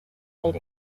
played